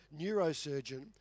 neurosurgeon